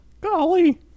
Golly